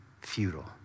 futile